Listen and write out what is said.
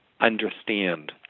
understand